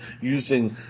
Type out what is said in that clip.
using